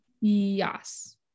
yes